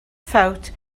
ffawt